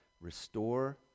restore